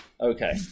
okay